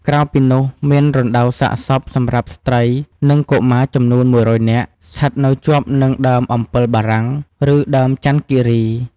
ក្រៅពីនោះ មានរណ្តៅសាកសពសម្រាប់ស្ត្រី និងកុមារចំនួន១០០នាក់ ស្ថិតនៅជាប់នឹងដើមអម្ពិលបារាំង ឬដើមចន្ទគិរី ។